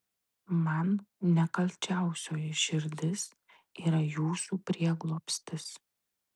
man nekalčiausioji širdis yra jūsų prieglobstis